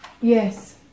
Yes